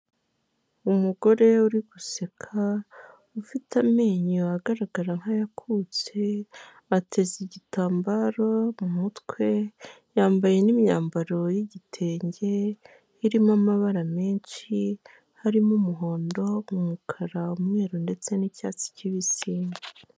Umugore uri guseka ufite amenyo agaragara nkayakutse, ateze igitambaro mu mutwe, yambaye n'imyambaro y'igitenge irimo amabara menshi, harimo umuhondo, umukara, umweru ndetse n'icyatsi kibisi.